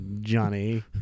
Johnny